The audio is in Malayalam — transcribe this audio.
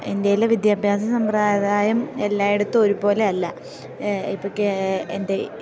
ഇൻഡ്യയിലെ വിദ്യാഭ്യാസ സമ്പ്രദായം എല്ലായിടത്തും ഒരുപോലെയല്ല ഇപ്പമൊക്കെ എൻ്റെ